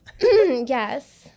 yes